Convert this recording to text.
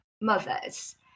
mothers